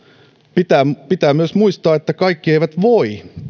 pitää pitää myös muistaa että kaikki eivät voi